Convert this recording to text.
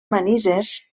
manises